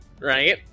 right